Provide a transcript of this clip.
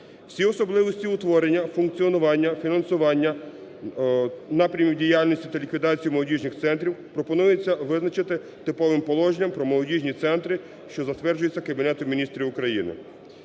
Всі особливості утворення, функціонування, фінансування, напрямів діяльності та ліквідації молодіжних центрів пропонується визначити типовим положенням про молодіжні центри, що затверджуються Кабінетом Міністрів України.